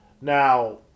Now